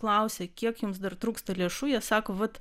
klausia kiek jums dar trūksta lėšų jie sako vat